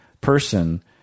person